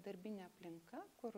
darbinė aplinka kur